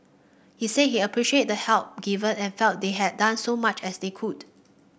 he said he appreciated the help given and felt they had done so much as they could